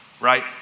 right